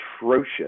atrocious